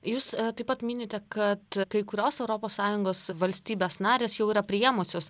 jūs taip pat minite kad kai kurios europos sąjungos valstybės narės jau yra priėmusios